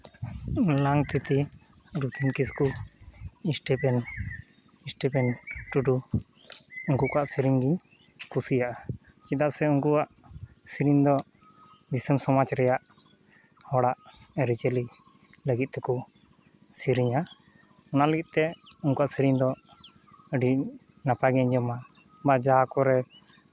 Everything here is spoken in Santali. ᱞᱟᱝᱛᱤᱛᱤ ᱨᱚᱛᱷᱤᱱ ᱠᱤᱥᱠᱩ ᱤᱥᱴᱤᱯᱷᱮᱱ ᱤᱥᱴᱤᱯᱷᱮᱱ ᱴᱩᱰᱩ ᱩᱱᱠᱩ ᱠᱚᱣᱟᱜ ᱥᱮᱨᱮᱧ ᱜᱤᱧ ᱠᱩᱥᱤᱭᱟᱜᱼᱟ ᱪᱮᱫᱟᱜ ᱥᱮ ᱩᱱᱠᱩᱣᱟᱜ ᱥᱮᱨᱮᱧ ᱫᱚ ᱫᱤᱥᱚᱢ ᱥᱚᱢᱟᱡᱽ ᱨᱮᱭᱟᱜ ᱦᱚᱲᱟᱜ ᱟᱨᱤᱪᱟᱞᱤ ᱞᱟᱹᱜᱤᱫ ᱛᱮᱠᱚ ᱥᱮᱨᱮᱧᱟ ᱚᱱᱟ ᱞᱟᱹᱜᱤᱫ ᱛᱮ ᱩᱱᱠᱩᱣᱟᱜ ᱥᱮᱨᱮᱧ ᱫᱚ ᱟᱹᱰᱤ ᱱᱟᱯᱟᱭ ᱜᱤᱧ ᱟᱸᱡᱚᱢᱟ ᱵᱟ ᱡᱟᱦᱟᱸ ᱠᱚᱨᱮ